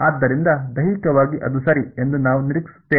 ಆದ್ದರಿಂದ ದೈಹಿಕವಾಗಿ ಅದು ಸರಿ ಎಂದು ನಾವು ನಿರೀಕ್ಷಿಸುತ್ತೇವೆ